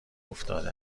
افتاده